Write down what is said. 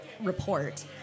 report